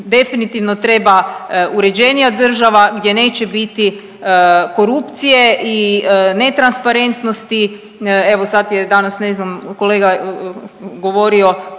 definitivno treba uređenija država gdje neće biti korupcije i netransparentnosti, evo sad je danas ne znam kolega govorio